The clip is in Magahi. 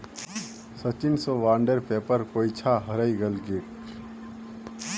सचिन स बॉन्डेर पेपर कोई छा हरई गेल छेक